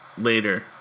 later